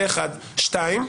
שנית,